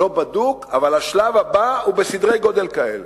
לא בדוק, אבל השלב הבא הוא בסדרי גודל כאלה.